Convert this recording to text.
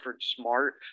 Smart